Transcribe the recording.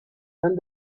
and